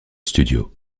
studio